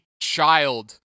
child